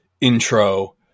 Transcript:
intro